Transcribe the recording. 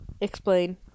explain